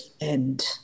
end